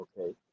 Okay